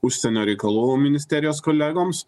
užsienio reikalų ministerijos kolegoms